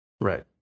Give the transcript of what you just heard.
Right